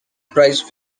priced